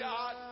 God